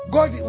God